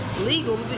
legal